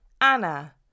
Anna